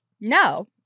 No